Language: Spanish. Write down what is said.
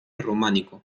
románico